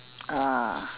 ah